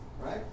right